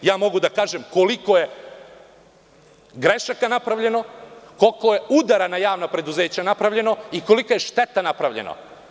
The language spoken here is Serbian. Ja mogu da kažem koliko je grešaka napravljeno, koliko je udara na javna preduzeća napravljeno i kolika je šteta napravljena.